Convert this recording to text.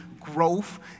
Growth